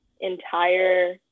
entire